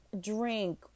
drink